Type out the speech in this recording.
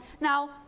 Now